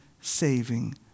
saving